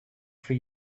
for